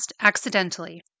Accidentally